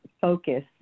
focus